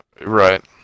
Right